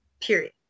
Period